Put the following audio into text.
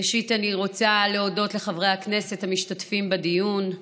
ראשית אני רוצה להודות לחברי הכנסת המשתתפים בדיון.